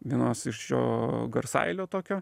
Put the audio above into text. vienos iš jo garsaeilio tokio